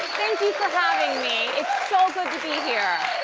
thank you for having me. it's so good to be here.